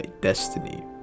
destiny